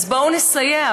אז בואו נסייע,